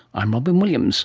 i'm robyn williams